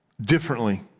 differently